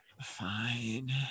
Fine